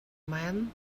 man